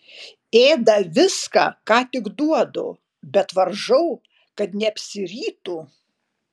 ėda viską ką tik duodu bet varžau kad neapsirytų